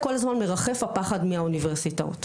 כל הזמן מרחף הפחד מהאוניברסיטאות,